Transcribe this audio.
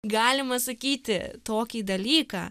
galima sakyti tokį dalyką